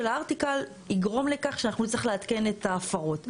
האריטקל יגרום לכך שאנחנו נצטרך לעדכן את ההפרות.